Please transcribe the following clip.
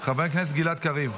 חבר הכנסת אריאל קלנר,